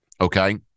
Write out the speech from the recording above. Okay